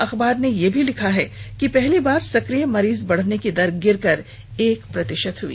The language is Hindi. अखबार ने यह भी लिखा है पहली बार सक्रिय मरीज बढ़ने की दर गिरकर एक प्रतिशत हई